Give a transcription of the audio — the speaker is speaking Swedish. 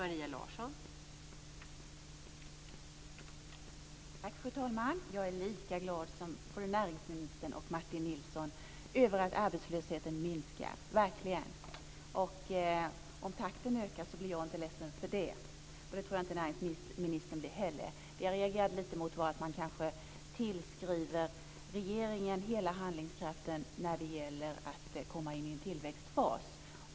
Fru talman! Jag är verkligen lika glad som både näringsministern och Martin Nilsson över att arbetslösheten minskar. Om takten ökar blir jag inte ledsen för det. Det tror jag inte att näringsministern heller blir. Det jag reagerade lite mot var att man kanske tillskriver regeringen hela handlingskraften när det gäller att komma in i en tillväxtfas.